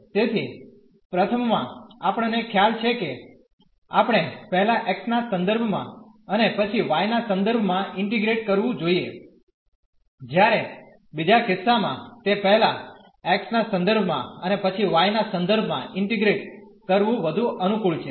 તેથી પ્રથમમાં આપણને ખ્યાલ છે કે આપણે પહેલા x ના સંદર્ભમાં અને પછી y ના સંદર્ભમાં ઇન્ટીગ્રેટ કરવું જોઈએ જ્યારે બીજા કિસ્સામાં તે પહેલા x ના સંદર્ભમાં અને પછી y ના સંદર્ભમાં ઇન્ટીગ્રેટ કરવું વધુ અનુકૂળ છે